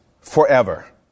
forever